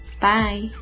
Bye